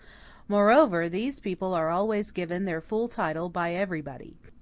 moreover, these people are always given their full title by everybody.